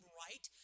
right